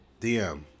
DM